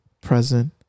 present